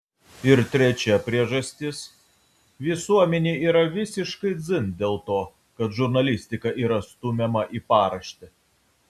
ir trečia priežastis visuomenei yra visiškai dzin dėl to kad žurnalistika yra stumiama į paraštę